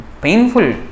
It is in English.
painful